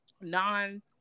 non